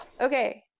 Okay